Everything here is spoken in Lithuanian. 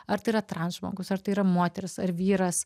ar tai yra trans žmogus ar tai yra moteris ar vyras